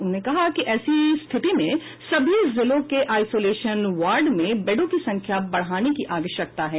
उन्होंने कहा कि ऐसी स्थिति में सभी जिलों के आइसोलेशन वार्ड में बेडों की संख्या बढ़ाने की आवश्यकता है